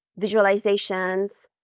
visualizations